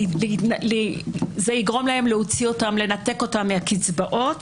לנתק אותם מהקצבאות,